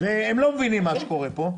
הם לא מבינים מה שקורה פה,